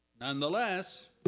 Nonetheless